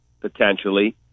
potentially